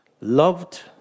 loved